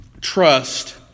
trust